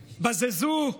בזזו,